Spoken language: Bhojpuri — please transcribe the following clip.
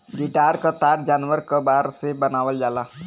गिटार क तार जानवर क बार से बनावल जाला